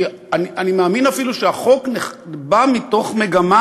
אני מאמין אפילו שהחוק בא מתוך מגמה